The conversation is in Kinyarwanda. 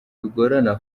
bigorana